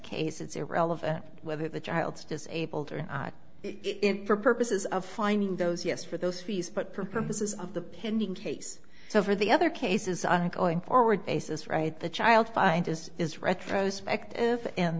it's irrelevant whether the child's disabled or not it for purposes of finding those yes for those fees but purposes of the pending case so for the other cases on a going forward basis right the child find this is retrospective